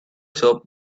shop